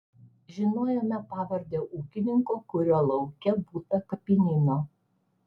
žinojome pavardę ūkininko kurio lauke būta kapinyno